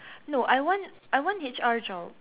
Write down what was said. no I want I want H_R job